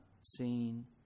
seen